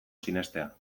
sinestea